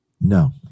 No